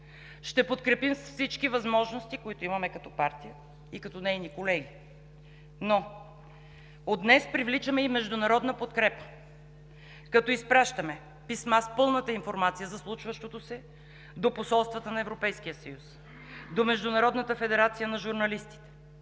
Ще я подкрепим с всички възможности, които имаме като партия и като нейни колеги. Но от днес привличаме и международна подкрепа, като изпращаме писма с пълната информация за случващото се до посолствата на Европейския съюз, до Международната федерация на журналистите,